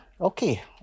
Okay